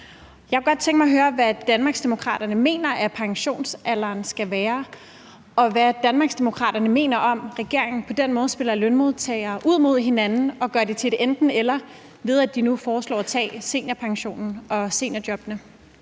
Jeg kunne godt tænke mig at høre, hvad Danmarksdemokraterne mener pensionsalderen skal være, og hvad Danmarksdemokraterne mener om, at regeringen på den måde spiller lønmodtagere ud mod hinanden og gør det til et enten-eller ved, at de nu foreslår at tage seniorpensionen og seniorjobbene.